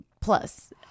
Plus